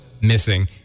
missing